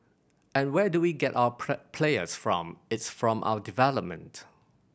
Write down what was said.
and where do we get our players from it's from our development